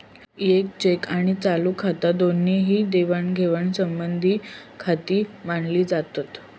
येक चेक आणि चालू खाता दोन्ही ही देवाणघेवाण संबंधीचीखाती मानली जातत